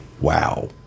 wow